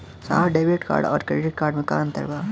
साहब debit card और credit card में का अंतर बा?